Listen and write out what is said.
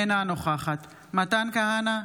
אינה נוכחת מתן כהנא,